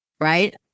right